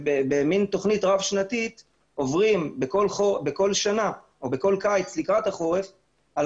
ובתוכנית רב שנתית עוברים בכל שנה או בכל קיץ לקראת החורף על